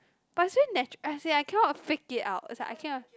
but is very natu~ as in I cannot fake it out as in I cannot